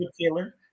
Taylor